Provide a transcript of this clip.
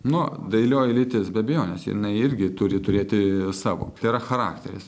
nu dailioji lytis be abejonės jinai irgi turi turėti savo tai yra charakteris